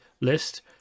list